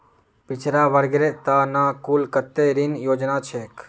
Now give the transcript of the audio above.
पिछड़ा वर्गेर त न कुल कत्ते ऋण योजना छेक